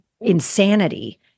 insanity